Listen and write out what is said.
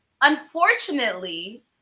unfortunately